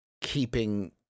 keeping